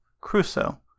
Crusoe